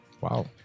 wow